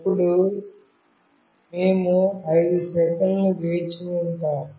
అప్పుడు మేము 5 సెకన్లు వేచి ఉంటాము